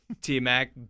T-Mac